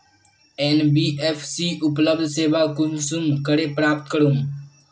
NBFC उपलब्ध सेवा कुंसम करे प्राप्त करूम?